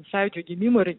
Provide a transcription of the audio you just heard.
sąjūdžio gimimo ir